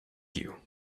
you